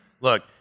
look